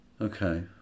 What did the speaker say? Okay